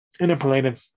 interpolated